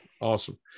Awesome